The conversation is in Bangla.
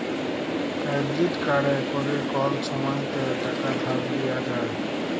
কেরডিট কাড়ে ক্যরে কল সময়তে টাকা ধার লিয়া যায়